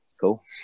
cool